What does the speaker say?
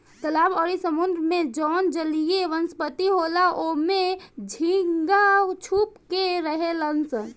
तालाब अउरी समुंद्र में जवन जलीय वनस्पति होला ओइमे झींगा छुप के रहेलसन